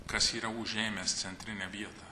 kas yra užėmęs centrinę vietą